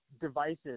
devices